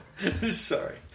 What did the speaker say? Sorry